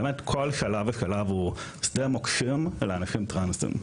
באמת, כל שלב ושלב הוא שדה מוקשים לאנשים טרנסים.